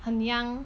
很 young